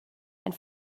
and